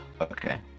okay